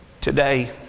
Today